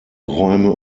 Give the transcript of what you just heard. räume